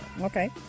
Okay